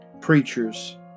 preachers